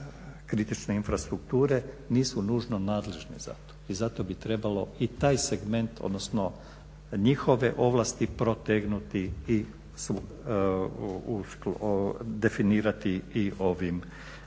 kritične infrastrukture nisu nužno nadležni za to. I zato bi trebalo i taj segment, odnosno njihove ovlasti protegnuti, definirati i ovim